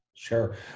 Sure